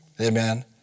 Amen